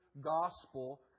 gospel